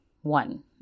one